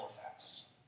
effects